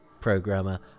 programmer